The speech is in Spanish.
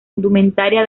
indumentaria